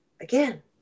again